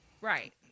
Right